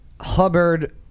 Hubbard